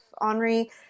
Henri